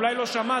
אולי לא שמעת.